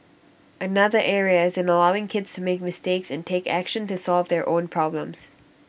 another area is in allowing kids to make mistakes and take action to solve their own problems